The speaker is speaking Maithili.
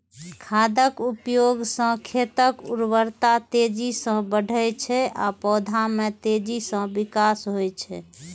खादक उपयोग सं खेतक उर्वरता तेजी सं बढ़ै छै आ पौधा मे तेजी सं विकास होइ छै